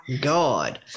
god